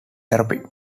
therapy